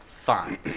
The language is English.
Fine